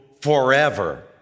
forever